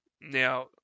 now